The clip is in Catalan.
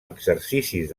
exercicis